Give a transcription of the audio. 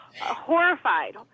horrified